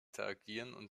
deren